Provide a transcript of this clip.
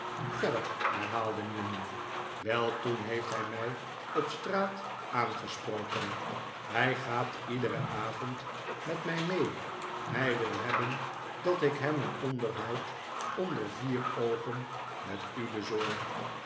verder herhaalde newman wel toen heeft hij mij op straat aangesproken hij gaat iederen avond met mij mee hij wil hebben dat ik hem een onderhoud onder vier oogen met u bezorg